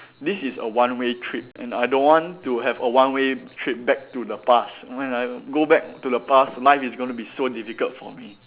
this is a one way trip and I don't want to have a one way trip back to the past when I go back to the past life is going to be difficult for me